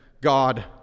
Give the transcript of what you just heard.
God